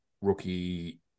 rookie